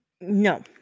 No